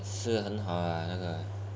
是很好 ah 那个